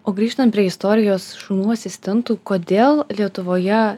o grįžtant prie istorijos šunų asistentų kodėl lietuvoje